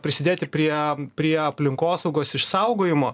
prisidėti prie prie aplinkosaugos išsaugojimo